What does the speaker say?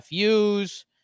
FUs